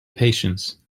patience